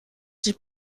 sich